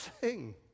sing